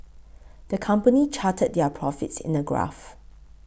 the company charted their profits in a graph